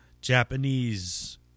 Japanese